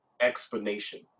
explanation